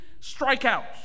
strikeouts